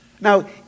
Now